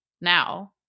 now